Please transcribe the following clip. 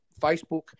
Facebook